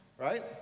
right